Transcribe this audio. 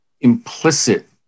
implicit